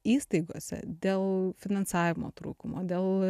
įstaigose dėl finansavimo trūkumo dėl